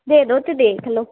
ਦੇ ਦਿਓ ਅਤੇ ਦੇਖ ਲਓ